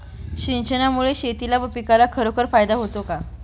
सिंचनामुळे शेतीला व पिकाला खरोखर फायदा होतो का?